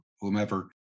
whomever